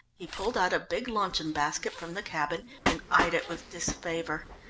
he pulled out a big luncheon basket from the cabin and eyed it with disfavour.